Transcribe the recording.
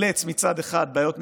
לחלץ, מצד אחד, מבעיות משפטיות,